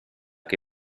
che